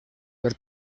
per